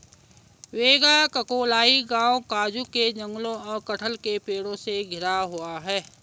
वेगाक्कोलाई गांव काजू के जंगलों और कटहल के पेड़ों से घिरा हुआ है